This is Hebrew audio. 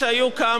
כמו יואל,